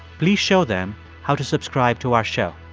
please show them how to subscribe to our show.